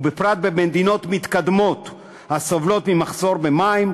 ובפרט במדינות מתקדמות הסובלות ממחסור במים,